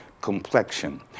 complexion